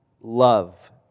love